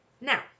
now